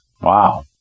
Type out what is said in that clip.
Wow